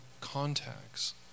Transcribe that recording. contacts